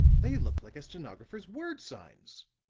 they look like a stenographer's word-signs.